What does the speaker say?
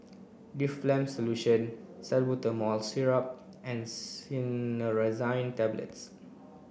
Difflam Solution Salbutamol Syrup and Cinnarizine Tablets